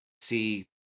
see